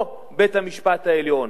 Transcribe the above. או בית-המשפט העליון?